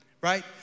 right